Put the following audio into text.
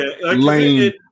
lane